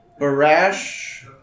Barash